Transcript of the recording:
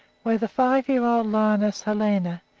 where the five-year-old lioness helena,